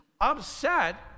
upset